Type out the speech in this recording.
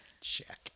Check